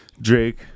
Drake